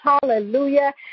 hallelujah